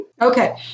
Okay